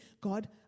God